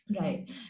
Right